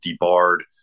debarred